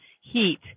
heat